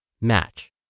match